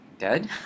dead